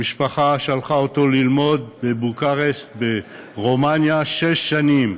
המשפחה שלחה אותו ללמוד בבוקרשט ברומניה שש שנים.